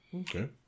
Okay